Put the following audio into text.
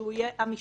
שהוא יהיה המשפטן,